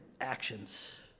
actions